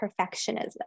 perfectionism